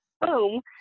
boom